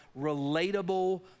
relatable